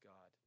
God